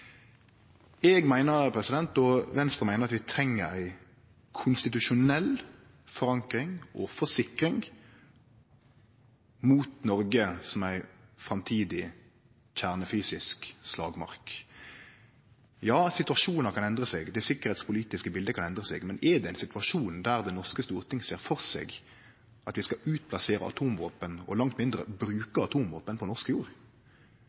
Eg og Venstre meiner at vi treng ei konstitusjonell forankring og forsikring mot Noreg som ei framtidig kjernefysisk slagmark. Ja, situasjonar kan endre seg. Det sikkerheitspolitiske bildet kan endre seg, men er det ein situasjon der Det norske stortinget ser for seg at vi skal utplassere atomvåpen, og langt mindre bruke atomvåpen, på norsk jord?